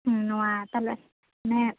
ᱱᱚᱣᱟ ᱛᱟᱦᱚᱞᱮ ᱢᱟᱱᱮ